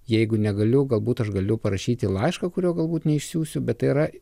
jeigu negaliu galbūt aš galiu parašyti laišką kurio galbūt neišsiųsiu bet tai yra